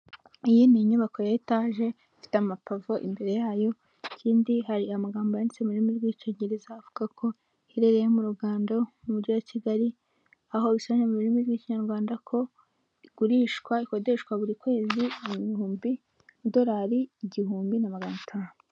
Iyi ni inyubako ya etaje ifite amapave imbere yayo ikindi hari amagambo yanditse mu rurimi rw'icyongereza avuga ko iherereye mu rugando mu mujyi wa Kigali, aho bisobanuye mu ururimi rw'Ikinyarwanda ko igurishwa ikoshwa buri kwezi ibihumbi amadolari igihumbi na maganatanu.